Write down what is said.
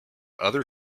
other